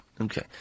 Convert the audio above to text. Okay